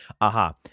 Aha